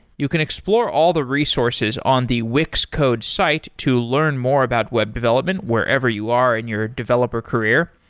you can explore all the resources on the wix code's site to learn more about web development wherever you are in your developer career.